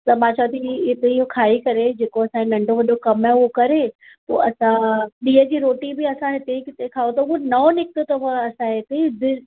त मां चवां ती कि हिते इहो खाई करे जेको असांखे नंढो वॾो कमु आहे उहो करे पोइ असां ॾींहं जी रोटी बि असां हिते ई किथे खाऊं त उहो नओ निकितो अथव असांजे हिते